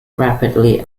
rapidly